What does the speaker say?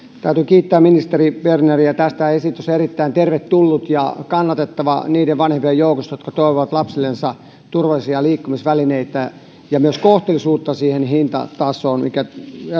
täytyy kiittää ministeri berneriä tästä esitys on erittäin tervetullut ja kannatettava niiden vanhempien joukossa jotka toivovat lapsillensa turvallisia liikkumisvälineitä ja myös kohtuullisuutta siihen hintatasoon mikä